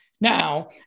now